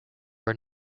were